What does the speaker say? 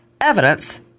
evidence